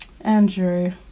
Andrew